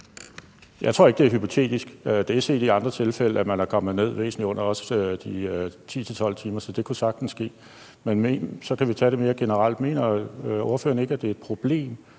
Jeg tror ikke, at det er hypotetisk. Det er set i andre tilfælde, at man er kommet væsentlig ned under også de 10-12 timer, så det kunne sagtens ske. Så kan vi tage det mere generelt: Mener ordføreren ikke, det er et problem,